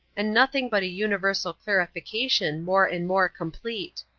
and nothing but a universal clarification more and more complete.